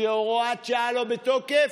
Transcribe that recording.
כי הוראת השעה לא בתוקף.